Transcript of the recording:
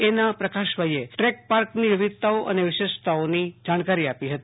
રના પ્રકાશભાઈએ ટેક પાર્કની વિવિધતાઓ અને વિશેષતાઓની જાણકારી આપી હતી